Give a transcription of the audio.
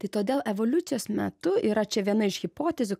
tai todėl evoliucijos metu yra čia viena iš hipotezių